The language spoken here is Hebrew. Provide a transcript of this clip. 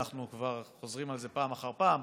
אנחנו כבר חוזרים על זה פעם אחר פעם,